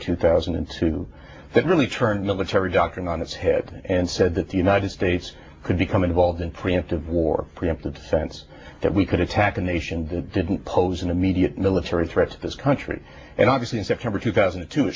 two thousand and two that really turned military doctrine on its head and said that the united states could become involved in preemptive war preemptive sense that we could attack a nation that didn't pose an immediate military threat to this country and obviously in september two thousand